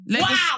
Wow